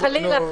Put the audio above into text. חלילה.